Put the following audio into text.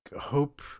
hope